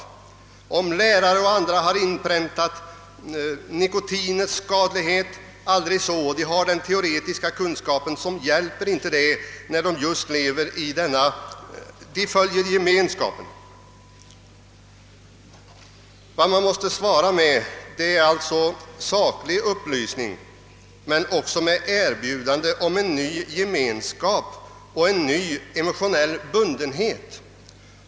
även om lärare och andra har inpräntat nikotinets skadlighet aldrig så starkt och de har; den teoretiska kunskapen, hjälper det inie när gemenskapen lockar. Vad man måste svara med är alltså saklig upplysning men också med erbjudande av en ny gemenskap och nya emotionella bindningar.